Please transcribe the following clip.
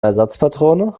ersatzpatrone